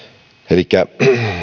elikkä